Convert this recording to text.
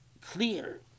clear